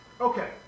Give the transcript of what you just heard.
Okay